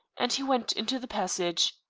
and he went into the passage.